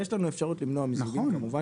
יש לנו אפשרות למנוע מיזוגים כמובן